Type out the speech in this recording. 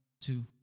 two